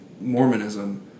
Mormonism